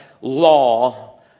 law